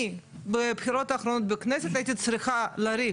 אני בבחירות האחרונות בכנסת הייתי צריכה לריב,